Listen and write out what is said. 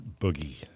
Boogie